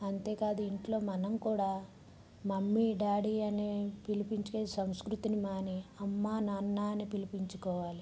అంతే కాదు ఇంట్లో మనం కూడా మమ్మీ డాడీ అని పిలిపించే సంస్కృతిని మాని అమ్మా నాన్న అని పిలిపించుకోవాలి